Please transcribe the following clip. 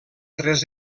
tres